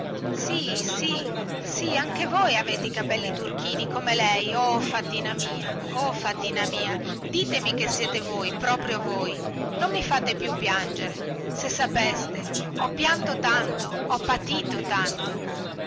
sì sì sì anche voi avete i capelli turchini come lei o fatina mia o fatina mia ditemi che siete voi proprio voi non mi fate più piangere se sapeste ho pianto tanto ho patito tanto